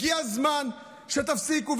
הגיע הזמן שתפסיקו.